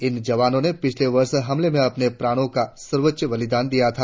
इन जवानों ने पिछले वर्ष हमले में अपने प्राणों का सर्वोच्च बलिदान दिया था